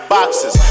Boxes